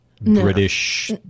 British